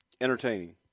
entertaining